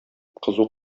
кызу